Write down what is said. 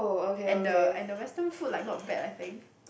and the and the Western food like not bad I think